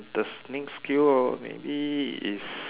the s~ next skill uh maybe is